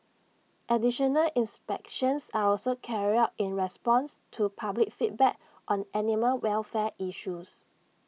additional inspections are also carried out in response to public feedback on animal welfare issues